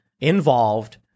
involved